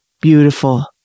beautiful